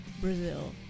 Brazil